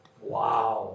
Wow